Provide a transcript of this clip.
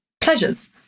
pleasures